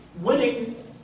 winning